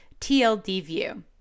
TLDView